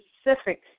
specific